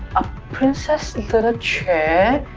a princess little chair,